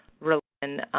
religion,